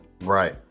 Right